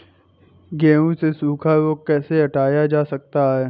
गेहूँ से सूखा रोग कैसे हटाया जा सकता है?